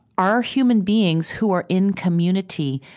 are are human beings who are in community,